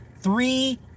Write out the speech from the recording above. Three